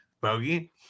bogey